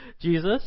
Jesus